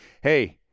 Hey